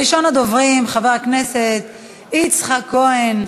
ראשון הדוברים, חבר הכנסת יצחק כהן,